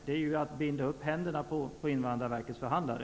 Det är ju som att binda ihop händerna på Invandrarverkets förhandlare.